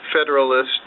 federalist